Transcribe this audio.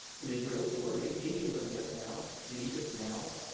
in israel, sure maybe maybe in libya now. in egypt, now.